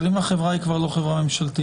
אבל אם החברה היא כבר לא חברה ממשלתית?